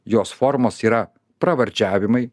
jos formos yra pravardžiavimai